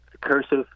cursive